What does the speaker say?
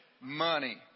Money